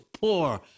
poor